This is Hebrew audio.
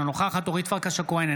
אינה נוכחת אורית פרקש הכהן,